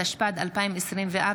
התשפ"ד 2024,